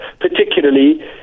particularly